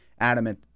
adamant